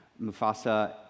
Mufasa